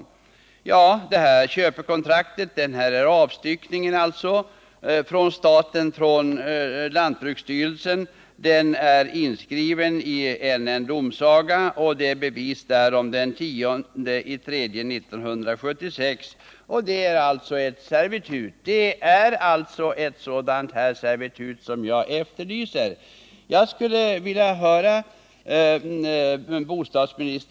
Detta köpeavtal skrevs in i en domsaga den 10 mars 1976. Det är alltså ett sådant servitut som jag efterlyser. Jag skulle vilja höra bostadsminister Friggebos kommentar i det här fallet. Ett statens eget organ har alltså i ett avtal skrivit in just det som jag efterlyser. Har bostadsministern någon kommentar att göra till detta? Herr talman! Det köpeavtal som Anton Fågelsbo refererar till är precis det som jag nämner i andra stycket i mitt svar, där jag talar om att det har funnits ett sådant avtal. Det är också det enda — i varje fall av mig — kända avtal av detta slag som vi har i Sverige. I övrigt vill jag hänvisa till mitt svar, som är ganska långt.